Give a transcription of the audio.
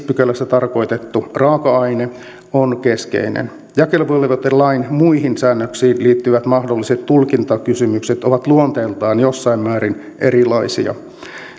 pykälässä tarkoitettu raaka aine on keskeinen jakeluvelvoitelain muihin säännöksiin liittyvät mahdolliset tulkintakysymykset ovat luonteeltaan jossain määrin erilaisia